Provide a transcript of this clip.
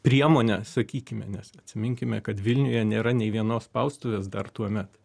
priemonę sakykime nes atsiminkime kad vilniuje nėra nei vienos spaustuvės dar tuomet